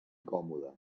còmode